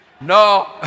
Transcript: No